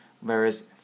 whereas